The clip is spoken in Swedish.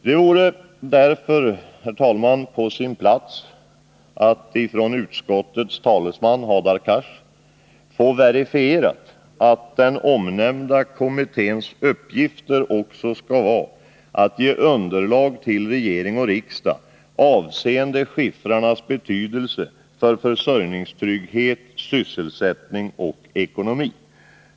Det vore därför, herr talman, på sin plats att utskottets talesman Hadar Cars verifierade att den omnämnda kommitténs uppgifter också skall vara att ge ett underlag till regering och riksdag avseende skiffrarnas betydelse för försörjningstrygghet, sysselsättning och ekonomi.